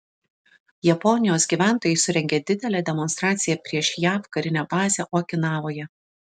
japonijos gyventojai surengė didelę demonstraciją prieš jav karinę bazę okinavoje